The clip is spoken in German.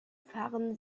fahren